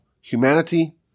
humanity